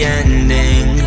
ending